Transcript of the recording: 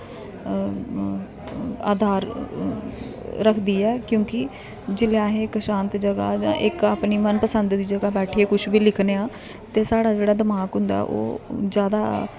आधार रखदी ऐ क्योंकि जेल्लै असें इक शांत जगह् जां इक अपनी मनपसंद दी जगह् बैठियै कुछ बी लिखने आं ते साढ़ा जेह्ड़ा दमाक होंदा ओह् जादा